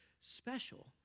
special